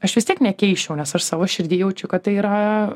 aš vis tiek nekeisčiau nes aš savo širdy jaučiu kad tai yra